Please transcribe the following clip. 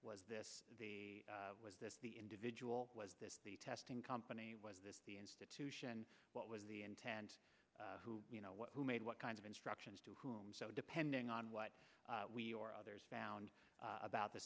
was this the was this the individual was this the testing company was this the institution what was the intent who you know what who made what kind of instructions to whom so depending on what we or others found about the